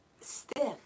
Stiff